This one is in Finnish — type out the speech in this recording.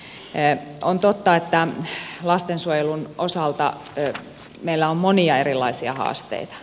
on totta että lastensuojelun osalta meillä on monia erilaisia haasteita